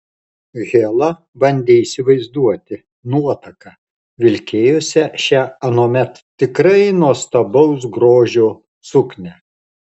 hela pabandė įsivaizduoti nuotaką vilkėjusią šią anuomet tikrai nuostabaus grožio suknią